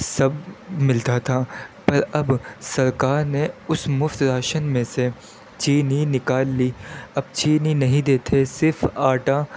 سب ملتا تھا پر اب سرکار نے اس مفت راشن میں سے چینی نکال لی اب چینی نہیں دیتے صرف آٹا